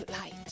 light